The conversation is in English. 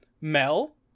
Mel